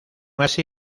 así